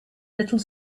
little